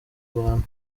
abantu